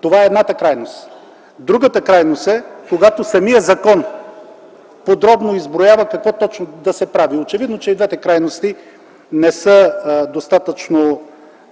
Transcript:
Това е едната крайност. Другата крайност е, когато самият закон подробно изброява какво точно да се прави. Очевидно е, че и двете крайности не са достатъчно